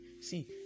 See